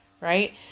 Right